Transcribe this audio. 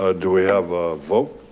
ah do we have a vote?